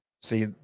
See